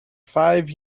five